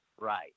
Right